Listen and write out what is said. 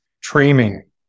training